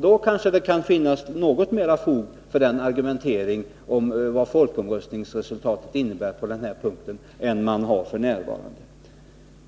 Då kanske det kan finnas något mera fog för argumenteringen om vad folkomröstningsresultatet innebär i det här avseendet. Vad